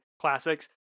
classics